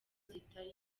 zitari